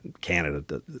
Canada